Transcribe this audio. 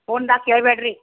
ಫೋನ್ದಾಗೆ ಕೇಳಬೇಡ್ರಿ